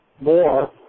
more